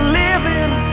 living